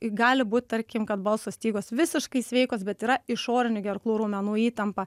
gali būt tarkim kad balso stygos visiškai sveikos bet yra išorinių gerklų raumenų įtampa